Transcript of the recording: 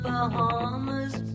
Bahamas